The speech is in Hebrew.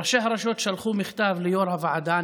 ראשי הרשויות שלחו מכתב ליו"ר הוועדה.